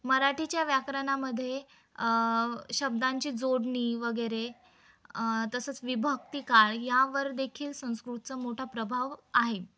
मराठीच्या व्याकरणामध्ये शब्दांची जोडणी वगैरे तसंच विभक्ती काळ यावर देखील संस्कृतचा मोठा प्रभाव आहे